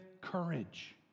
courage